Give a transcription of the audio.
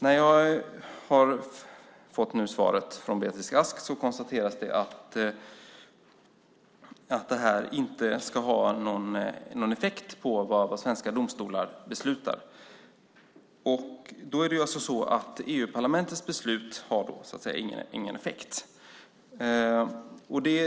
I svaret som jag nu har fått från Beatrice Ask konstateras det att de inte ska ha någon effekt på vad svenska domstolar beslutar. Då är det alltså så att EU-parlamentets beslut inte har någon effekt.